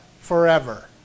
forever